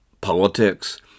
politics